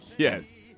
Yes